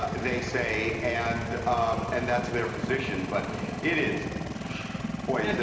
ah they say, and um and that's their position. but it is boy, and